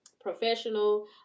professional